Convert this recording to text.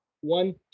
one